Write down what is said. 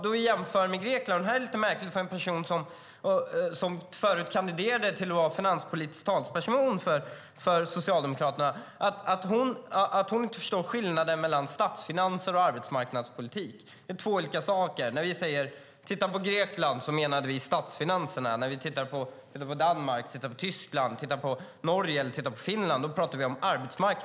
Det är lite märkligt att en person som förut kandiderade till att bli finanspolitisk talesperson för Socialdemokraterna inte förstår skillnaden mellan statsfinanser och arbetsmarknadspolitik. Det är två olika saker. Vi menade statsfinanserna när vi sade: Titta på Grekland! Vi pratar om arbetsmarknad när vi säger: Titta på Danmark, titta på Tyskland, titta på Norge eller titta på Finland.